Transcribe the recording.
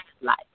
Life